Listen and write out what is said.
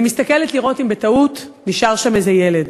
מסתכלת לראות אם בטעות נשאר שם איזה ילד,